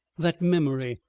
that memory,